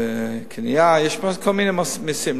קנייה יש כל מיני מסים,